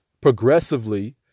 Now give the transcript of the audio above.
progressively